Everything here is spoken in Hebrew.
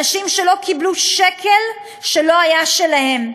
אנשים שלא קיבלו שקל שלא היה שלהם.